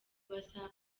basa